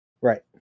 Right